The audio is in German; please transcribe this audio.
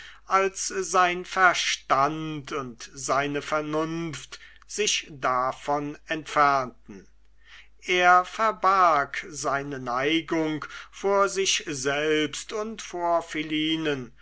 als sein verstand und seine vernunft sich davon entfernten er verbarg seine neigung vor sich selbst und vor